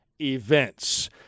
events